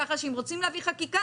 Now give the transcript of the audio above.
כך שאם רוצים להביא חקיקה,